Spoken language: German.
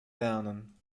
lernen